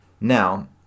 Now